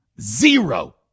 zero